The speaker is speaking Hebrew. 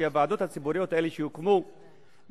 על כך שהוועדות הציבוריות האלה שהוקמו במסגרת